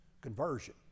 conversion